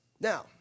Now